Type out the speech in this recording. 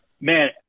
Man